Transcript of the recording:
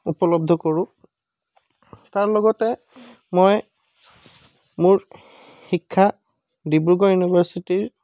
উপলব্ধ কৰোঁ তাৰ লগতে মই মোৰ শিক্ষা ডিব্ৰুগড় ইউনিভাৰ্চিটিৰ